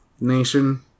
Nation